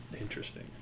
Interesting